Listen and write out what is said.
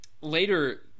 later